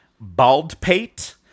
Baldpate